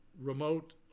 remote